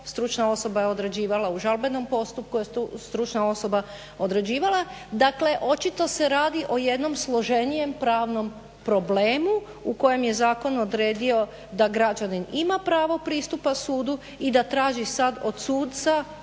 Stručna osoba je odrađivala u žalbenom postupku, stručna osoba odrađivala. Dakle, očito se radi o jednom složenijem pravnom problemu u kojem je zakon odredio da građanin ima pravo pristupa sudu i da traži sad od suca